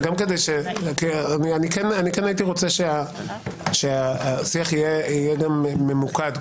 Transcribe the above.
הייתי רוצה שהשיח יהיה ממוקד,